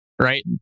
right